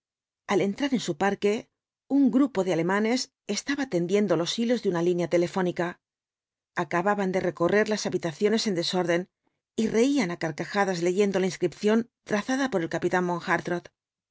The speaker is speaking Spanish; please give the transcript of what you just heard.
al entraren su parque un grupo de alemanes estaba tendiendo los hilos de una línea telefónica acababan de recorrer las habitaciones en desorden y reían á carcajadas leyendo la inscripción trazada por el capitán